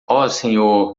senhor